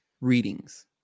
readings